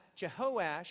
jehoash